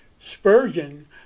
Spurgeon